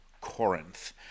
Corinth